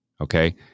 okay